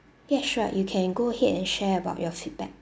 ya sure you can go ahead and share about your feedback